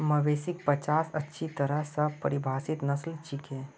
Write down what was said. मवेशिक पचास अच्छी तरह स परिभाषित नस्ल छिके